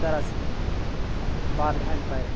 ᱛᱟᱨᱟᱥᱤᱧ ᱚᱠᱛᱚ ᱵᱟᱨᱫᱷᱟᱣᱤᱧ ᱯᱟᱭᱨᱟᱜᱼᱟ